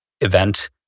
event